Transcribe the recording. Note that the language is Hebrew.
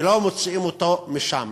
ולא מוציאים אותו משם.